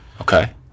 okay